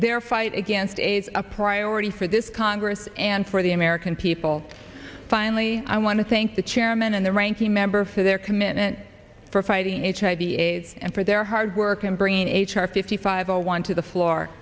their fight against aids a priority for this congress and for the american people finally i want to thank the chairman and the ranking member for their commitment for fighting hiv aids and for their hard work in bringing h r fifty five all want to the floor